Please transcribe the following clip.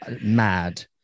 mad